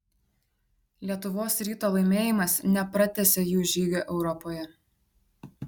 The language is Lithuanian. lietuvos ryto laimėjimas nepratęsė jų žygio europoje